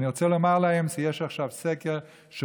אני רוצה לומר להם שיש עכשיו סקר של